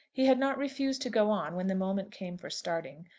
he had not refused to go on when the moment came for starting,